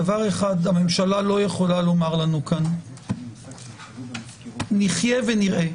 דבר אחד הממשלה לא יכולה לומר לנו כאן: נחיה ונראה,